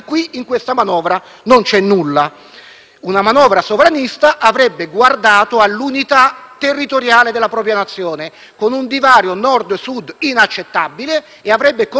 Una manovra sovranista avrebbe guardato all'unità territoriale della propria Nazione (mentre il divario Nord-Sud resta inaccettabile) e avrebbe concentrato le proprie risorse nel Sud,